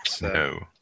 No